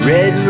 Red